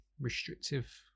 restrictive